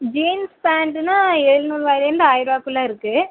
jeans பேண்டுனா எழுநூறுபாயிலேந்து ஆயரூபாக்குள்ள இருக்குது